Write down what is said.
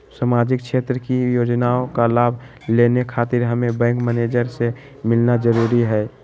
सामाजिक क्षेत्र की योजनाओं का लाभ लेने खातिर हमें बैंक मैनेजर से मिलना जरूरी है?